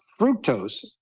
fructose